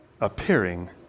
appearing